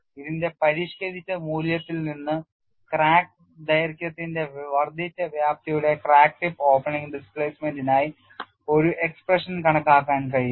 ഇർവിന്റെ പരിഷ്ക്കരിച്ച മൂല്യത്തിൽ നിന്ന് ക്രാക്ക് ദൈർഘ്യത്തിന്റെ വർദ്ധിച്ച വ്യാപ്തിയുടെ ക്രാക്ക് ടിപ്പ് ഓപ്പണിംഗ് ഡിസ്പ്ലേസ്മെന്റിനായി ഒരു എക്സ്പ്രഷൻ കണക്കാക്കാൻ കഴിയും